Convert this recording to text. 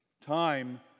Time